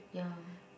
ya